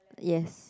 yes